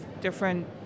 different